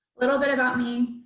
little bit about me,